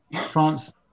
France